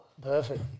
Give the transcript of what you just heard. perfect